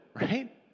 right